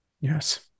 Yes